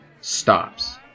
Stops